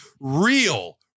real